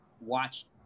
watch